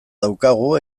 daukagu